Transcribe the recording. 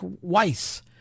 Weiss